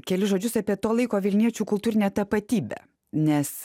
kelis žodžius apie to laiko vilniečių kultūrinę tapatybę nes